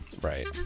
Right